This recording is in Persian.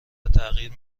تغییر